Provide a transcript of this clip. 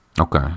Okay